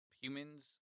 humans